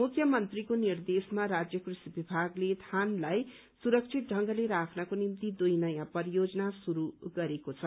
मुख्यमन्त्रीको निर्देशमा राज्य कृषि विभागले धानलाई सुरक्षित ढंगले राख्नको निम्ति दुइ नयाँ परियोजना शुरू गरेको छ